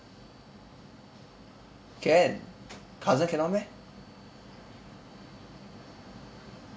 can cousin cannot meh